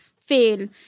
fail